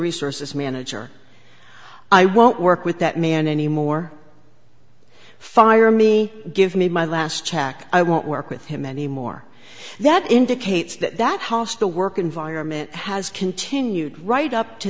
resources manager i won't work with that man anymore fire me give me my last check i won't work with him anymore that indicates that that hostile work environment has continued right up to